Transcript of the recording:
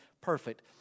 perfect